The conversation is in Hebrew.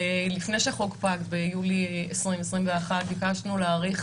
לפני שהחוק פג ביולי 2021 ביקשנו להאריך